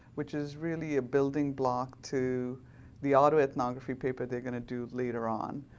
which is really a building block to the autoethnography paper they're going to do later on.